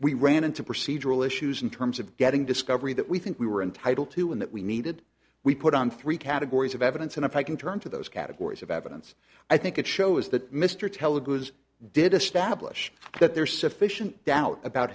we ran into procedural issues in terms of getting discovery that we think we were entitled to in that we needed we put on three categories of evidence and if i can turn to those categories of evidence i think it shows that mr telegu is did establish that there is sufficient doubt about